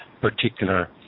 particular